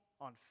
on